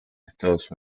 estados